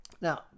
now